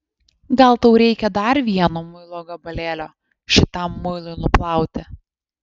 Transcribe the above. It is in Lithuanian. gal tau reikia dar vieno muilo gabalėlio šitam muilui nuplauti